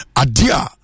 adia